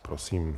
Prosím.